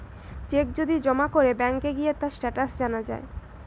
check যদি জমা করে ব্যাংকে গিয়ে তার স্টেটাস জানা যায়